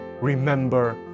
remember